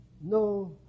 No